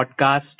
Podcast